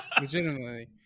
Legitimately